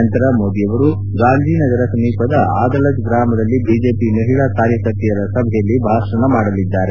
ನಂತರ ಮೋದಿ ಅವರು ಗಾಂಧಿನಗರ ಸಮೀಪದ ಅದಲಜ್ ಗ್ರಾಮದಲ್ಲಿ ಬಿಜೆಪಿ ಮಹಿಳಾ ಕಾರ್ಯಕರ್ತರ ಸಭೆಯಲ್ಲಿ ಭಾಷಣ ಮಾಡಲಿದ್ದಾರೆ